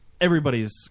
everybody's